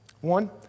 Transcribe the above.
One